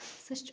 سُہ چھِ